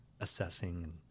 assessing